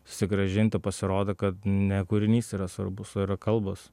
susigrąžint o pasirodo kad ne kūrinys yra svarbus o yra kalbos